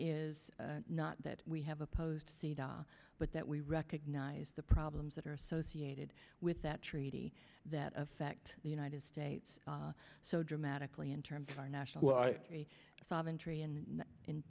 is not that we have opposed to see the but that we recognize the problems that are associated with that treaty that affect the united states so dramatically in terms of our national